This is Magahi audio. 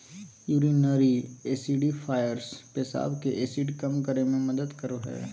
यूरिनरी एसिडिफ़ायर्स पेशाब के एसिड कम करे मे मदद करो हय